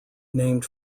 named